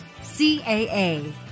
CAA